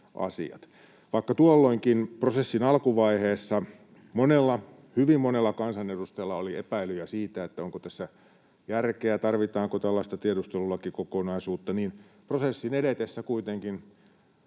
Vaikka tuolloinkin, prosessin alkuvaiheessa, monella — hyvin monella — kansanedustajalla oli epäilyjä siitä, onko tässä järkeä, tarvitaanko tällaista tiedustelulakikokonaisuutta, niin prosessin edetessä kuitenkin